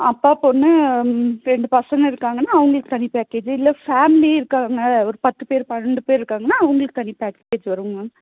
அப்பா பொண்ணு ரெண்டு பசங்க இருக்காங்கன்னா அவங்களுக்கு தனி பேக்கேஜ் இல்லை ஃபேமிலியே இருக்காங்க ஒரு பத்து பேர் பன்னெண்டு பேர் இருக்காங்கன்னா அவங்களுக்கு தனி பேக்கேஜ் வருங்க மேம்